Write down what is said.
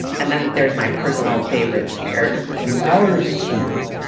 and then there's my personal favorite sphere. the outer sphere,